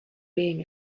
being